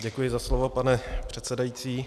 Děkuji za slovo, pane předsedající.